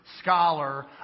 scholar